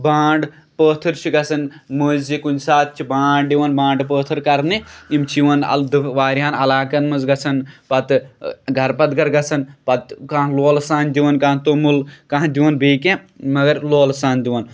بانڈ پٲتھر چھُ گژھان مٔنٛزۍ کُنہِ ساتہٕ چھِ بانڈ یِوان بانڈٕ پٲتھر کرنہِ یِم چھِ یِوان اَلدٕ واریاہن علاقن منٛز گژھان پَتہٕ گرٕ پَتہٕ گرٕ گژھان پَتہٕ کانٛہہ لولہٕ سان دِوان کانٛہہ توٚمُل کانٛہہ دِوان بیٚیہِ کینٛہہ مَگر لولہٕ سان دِوان